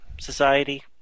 society